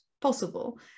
possible